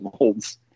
molds